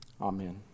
Amen